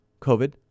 COVID